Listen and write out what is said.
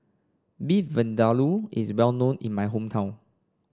Beef Vindaloo is well known in my hometown